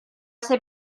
ser